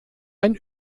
ein